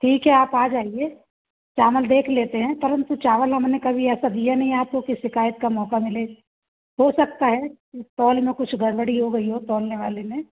ठीक है आप आ जाइए चावल देख लेते हैं परन्तु चावल हमने कभी ऐसा दिया नहीं आपको कि शिकायत का मौक़ा मिले हो सकता है स्टॉल मे कुछ गड़ बड़ी हो गई हो तोलने वाले ने